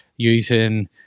using